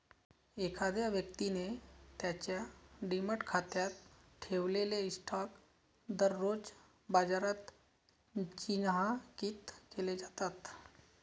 एखाद्या व्यक्तीने त्याच्या डिमॅट खात्यात ठेवलेले स्टॉक दररोज बाजारात चिन्हांकित केले जातात